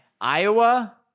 Iowa